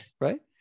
right